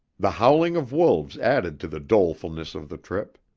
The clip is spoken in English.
the howling of wolves added to the dolefulness of the trip.